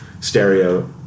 stereo